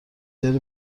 داری